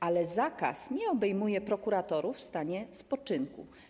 Ale zakaz nie obejmuje prokuratorów w stanie spoczynku.